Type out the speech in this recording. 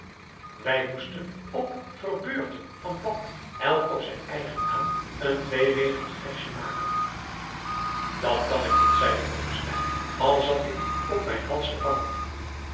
wij moesten op ver beurte van pand elk op zijn eigen naam een tweeregelig versje maken dat kan ik niet zeî blommesteyn al zat ik op mijn hals gevangen